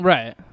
Right